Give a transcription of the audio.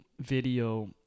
video